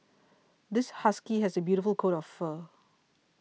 this husky has a beautiful coat of fur